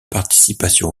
participation